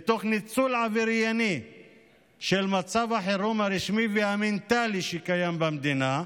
ותוך ניצול עברייני של מצב החירום הרשמי והמנטלי שקיים במדינה,